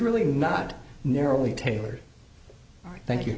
really not narrowly tailored thank you